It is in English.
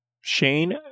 Shane